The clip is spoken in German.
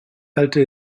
halte